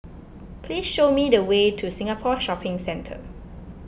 please show me the way to Singapore Shopping Centre